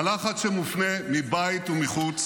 הלחץ שמופנה מבית ומבחוץ